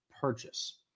purchase